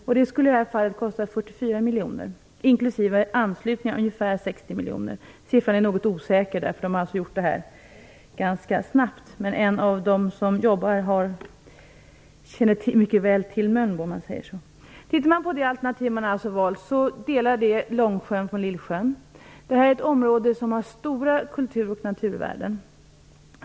Det skulle i det här fallet kosta 44 miljoner kronor inklusive anslutning ca 60 miljoner kronor - siffran är något osäker, eftersom uträkningen har gjorts ganska snabbt. Men en av dem som har jobbat med den känner mycket väl till Mölnbo. De alternativ som man har valt delar Långsjön och Lillsjön. Detta område har stora kultur och naturvärden.